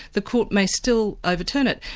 the court may still overturn it.